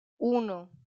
uno